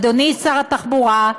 אדוני שר התחבורה,